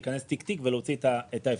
להיכנס תיק תיק ולהוציא את ההפרשים.